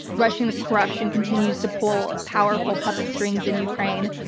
russian corruption continues to pull powerful puppet strings in ukraine,